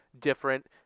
different